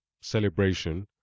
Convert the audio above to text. celebration